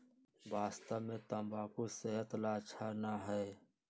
वास्तव में तंबाकू सेहत ला अच्छा ना है